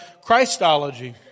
Christology